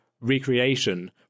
recreation